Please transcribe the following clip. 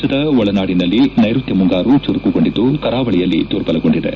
ರಾಜ್ಯದ ಒಳನಾಡಿನಲ್ಲಿ ನೈರುತ್ತ ಮುಂಗಾರು ಚುರುಕುಗೊಂಡಿದ್ದು ಕರಾವಳಿಯಲ್ಲಿ ದುರ್ಬಲಗೊಂಡಿದೆ